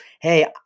Hey